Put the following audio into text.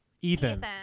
Ethan